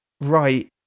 right